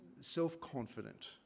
self-confident